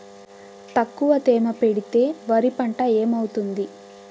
తక్కువ తేమ పెడితే వరి పంట ఏమవుతుంది